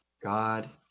God